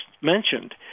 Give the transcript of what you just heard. mentioned